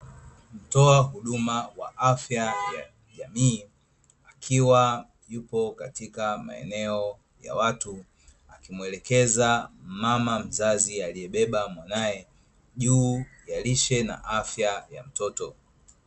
Mtoa huduma ya afya ya jamii, akiwa yupo katika maeneo ya watu, akimuelezea mama mzazi aliyebeba mwanae, juu ya lishe na afya ya mtoto.